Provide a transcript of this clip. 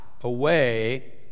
away